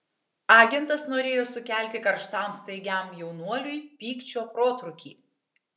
agentas norėjo sukelti karštam staigiam jaunuoliui pykčio protrūkį